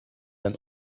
ein